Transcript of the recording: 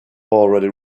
already